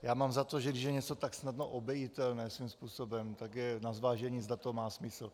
Já mám za to, že když je něco tak snadno obejitelné svým způsobem, tak je na zvážení, zda to má smysl.